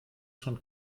schon